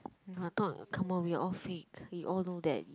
no I thought come on we all fake we all know that